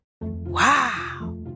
Wow